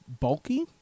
Bulky